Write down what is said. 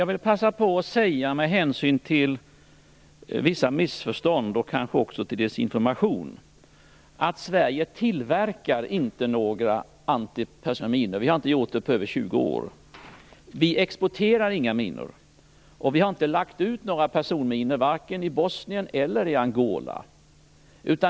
Fru talman! Jag vill med hänsyn till vissa missförstånd och kanske också desinformation passa på att säga att Sverige inte tillverkar några antipersonella minor. Vi har inte gjort det på över 20 år. Vi exporterar inga minor, och vi har inte lagt ut några personminor vare sig i Bosnien eller i Angola.